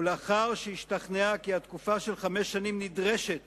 ולאחר שהשתכנעה כי התקופה של חמש השנים נדרשת